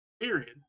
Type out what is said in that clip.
period